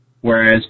whereas